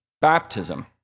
baptism